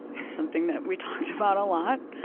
it's something that we talked about a lot.